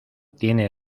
tiene